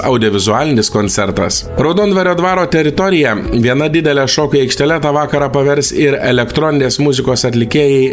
audiovizualinis koncertas raudondvario dvaro teritoriją viena didele šokių aikštele tą vakarą pavers ir elektroninės muzikos atlikėjai